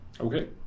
Okay